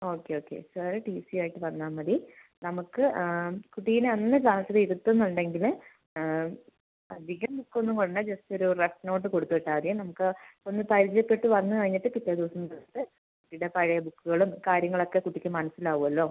okay okay sir T സിയും ആയിട്ട് വന്നാൽ മതി നമുക്ക് കുട്ടീനേ അന്ന് ക്ലാസ്സിൽ ഇരുത്തുന്നുണ്ടെങ്കിൽ അധികം ബുക്ക് ഒന്നും വേണ്ട ജസ്റ്റ് ഒരു റഫ് നോട്ട് കൊടുത്ത് വിട്ടാൽ മതി നമുക്ക് ഒന്ന് പരിചയപ്പെട്ട് വന്ന് കഴിഞ്ഞിട്ട് പിറ്റേ ദിവസം തൊട്ട് കുട്ടിയുടെ പഴയ ബുക്കുകളും കാര്യങ്ങളൊക്കെ കുട്ടിക്ക് മനസ്സിലാവുമല്ലോ